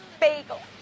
bagel